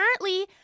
Currently